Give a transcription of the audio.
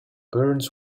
burns